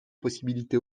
possibilité